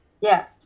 Yes